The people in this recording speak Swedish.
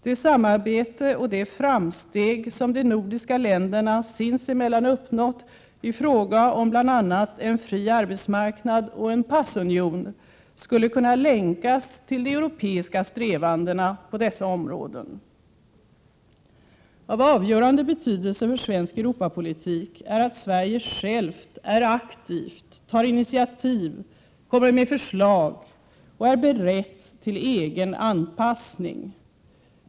Det samarbete och de framsteg som de nordiska länderna sinsemellan uppnått i fråga om bl.a. en fri arbetsmarknad och en passunion skulle kunna länkas till de europeiska strävandena på dessa områden. Av avgörande betydelse för svensk Europapolitik är att Sverige självt är aktivt, tar initiativ, kommer med förslag och är berett till egen anpassning.